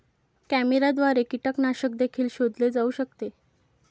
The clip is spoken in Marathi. कॅमेऱ्याद्वारे कीटकनाशक देखील शोधले जाऊ शकते